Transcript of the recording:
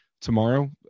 tomorrow